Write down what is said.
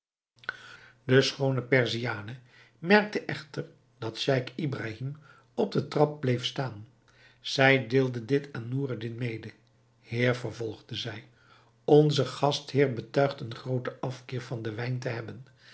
de schoone perziane bemerkte echter dat scheich ibrahim op den trap bleef staan zij deelde dit aan noureddin mede heer vervolgde zij onze gastheer betuigt een grooten afkeer van den wijn te hebben